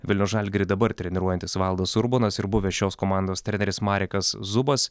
vilniaus žalgirį dabar treniruojantis valdas urbonas ir buvęs šios komandos treneris marekas zubas